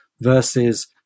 versus